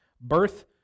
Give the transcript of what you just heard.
Birth